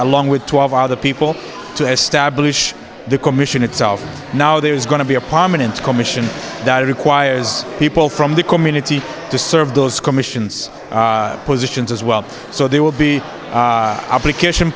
along with twelve other people to establish the commission itself now there is going to be apartment commission that requires people from the community to serve those commissions positions as well so there will be application